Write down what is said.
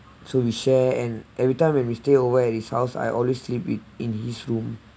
so we share and every time when we stay over at his house I always sleep it in his room